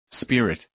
spirit